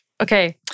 Okay